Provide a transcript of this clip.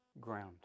ground